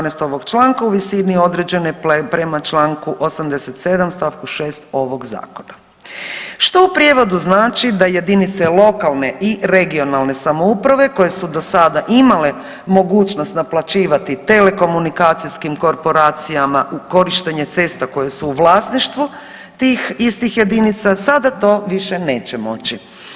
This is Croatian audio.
12 ovog članka u visini određenoj prema čl. 87 st. 6 ovog Zakona, što u prijevodu znači da jedinice lokalne i regionalne samouprave koje su do sada imale mogućnost naplaćivati telekomunikacijskim korporacijama u korištenje cesta koje su u vlasništvu tih istih jedinica, sada to više neće moći.